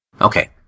Okay